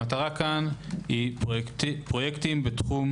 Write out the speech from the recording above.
המטרה כאן היא פרויקטים בתחום